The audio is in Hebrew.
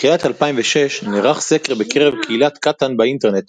בתחילת 2006 נערך סקר בקרב קהילת קטאן באינטרנט,